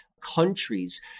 countries